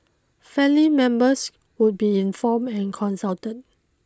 family members would be informed and consulted